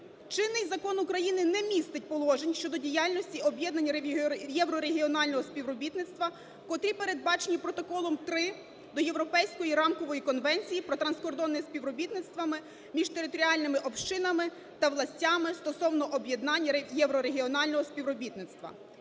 чинний закон України не містить положень щодо діяльності об'єднань єврорегіонального співробітництва, котрі передбачені Протоколом 3 до Європейської рамкової конвенції про транскордонне співробітництво між територіальними общинами та властями стосовно об'єднань єврорегіонального співробітництва.